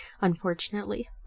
unfortunately